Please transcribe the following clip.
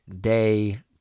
day